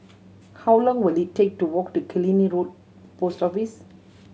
how long will it take to walk to Killiney Road Post Office